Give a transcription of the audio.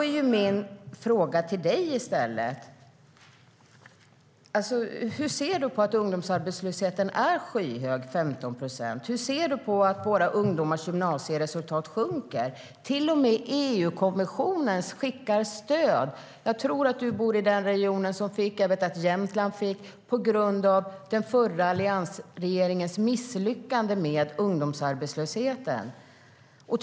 Min fråga till Helena Lindahl är: Hur ser du på att ungdomsarbetslösheten är skyhög - 15 procent? Hur ser du på att våra ungdomars gymnasieresultat sjunker? Till och med EU-kommissionen skickar stöd på grund av alliansregeringens misslyckande med ungdomsarbetslösheten. Jag tror att du bor i en region som har fått stöd, och jag vet att Jämtland har fått stöd.